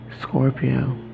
Scorpio